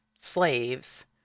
slaves